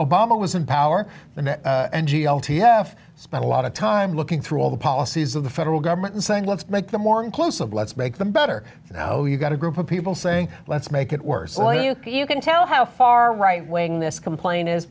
obama was in power and g l t have spent a lot of time looking through all the policies of the federal government and saying let's make them more inclusive let's make them better you know you've got a group of people saying let's make it worse you can tell how far right wing this complaint is